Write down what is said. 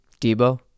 Debo